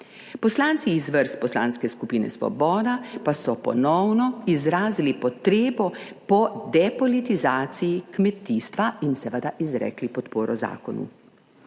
Poslanci iz vrst Poslanske skupine Svoboda pa so ponovno izrazili potrebo po depolitizaciji kmetijstva in seveda izrekli podporo zakonu.